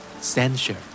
censure